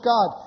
God